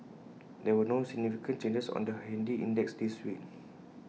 there were no significant changes on the handy index this week